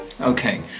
Okay